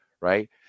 right